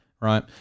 Right